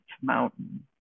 mountain